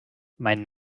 mein